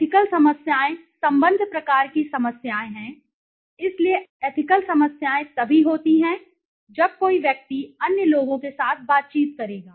ethical समस्याएं संबंध प्रकार की समस्याएं हैं इसलिए एथिकल समस्याएं तभी होती हैं जब कोई व्यक्ति अन्य लोगों के साथ बातचीत करेगा